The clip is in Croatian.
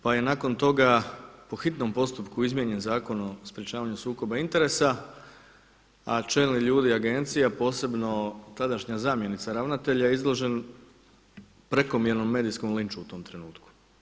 Pa je nakon toga po hitnom postupku izmijenjen Zakon o sprječavanju sukoba interesa, a čelni ljudi Agencije, a posebno tadašnja zamjenica ravnatelja je izložen prekomjernom medijskom linču u tome trenutku.